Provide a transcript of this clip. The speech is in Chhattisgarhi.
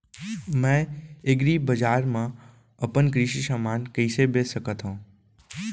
मैं एग्रीबजार मा अपन कृषि समान कइसे बेच सकत हव?